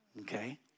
Okay